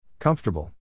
Comfortable